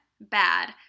bad